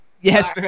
Yes